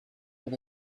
but